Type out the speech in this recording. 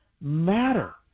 matter